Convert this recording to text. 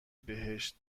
بهشت